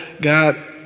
God